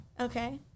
Okay